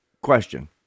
question